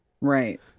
Right